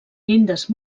llindes